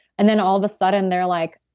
and then all of a sudden they're like,